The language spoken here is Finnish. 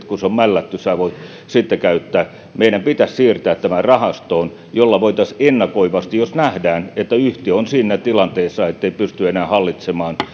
kun se on mällätty sinä voit sen käyttää meidän pitäisi siirtää tämä rahastoon jotta voitaisiin ennakoivasti jos nähdään että yhtiö on siinä tilanteessa ettei pysty enää hallitsemaan